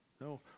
No